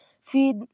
feed